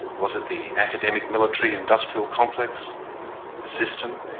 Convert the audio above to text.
was it the academic military industrial complex, the system,